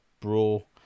Brawl